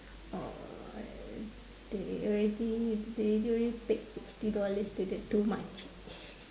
oh uh they already they already paid sixty dollars to the two makcik